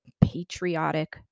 patriotic